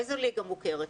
איזו ליגה מוכרת?